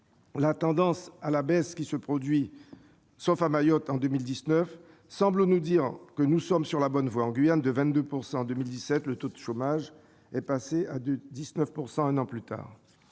la tendance à la baisse qui se poursuit en 2019, sauf à Mayotte, semble nous dire que nous sommes sur la bonne voie. En Guyane, de 22 % en 2017, le taux de chômage est passé à 19 % un an plus tard.